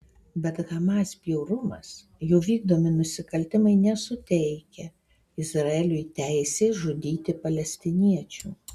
bet hamas bjaurumas jo vykdomi nusikaltimai nesuteikia izraeliui teisės žudyti palestiniečių